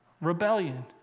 Rebellion